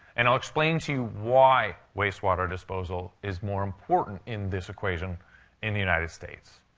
and i'll explain to you why wastewater disposal is more important in this equation in the united states.